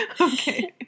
Okay